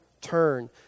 turn